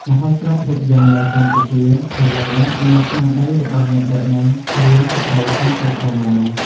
មហោស្រពភាពយន្ដនៅកម្ពុជាឥឡូវនេះមានស្នាដៃរបស់អ្នកដឹកនាំរឿងស្ត្រីកាន់តែច្រើនឡើង។